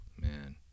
man